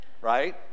right